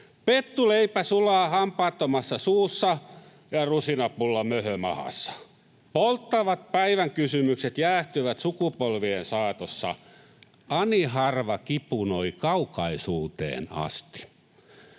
Pettuleipä sulaa hampaattomassa suussa ja rusinapulla möhömahassa. Polttavat päivän kysymykset jäähtyvät sukupolvien saatossa. Ani harva kipunoi kaukaisuuteen asti.